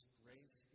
grace